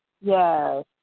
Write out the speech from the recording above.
Yes